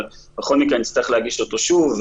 אבל בכל מקרה נצטרך להגיש את הצעת החוק שוב.